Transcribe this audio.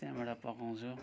त्यहाँबाट पकाउँछु